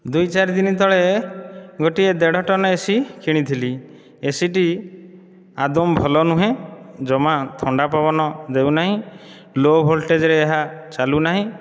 ଦୁଇ ଚାରି ଦିନ ତଳେ ଗୋଟିଏ ଦେଢ଼ ଟନ ଏସି କିଣିଥିଲି ଏସି ଟି ଆଦୌ ଭଲ ନୁହେଁ ଜମା ଥଣ୍ଡା ପବନ ଦେଉନାହିଁ ଲୋ ଭୋଲ୍ଟେଜ ରେ ଏହା ଚାଲୁ ନାହିଁ